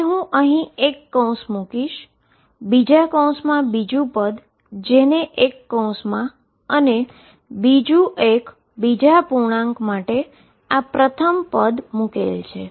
હવે હું અહીં એક કૌંસ મૂકીશ બીજા કૌંસમાં બીજુ પદ જેને એક કૌંસમા અને બીજું એક બીજા ઈન્ટીજર માટેઆ પ્રથમ પદ મુકેલ છે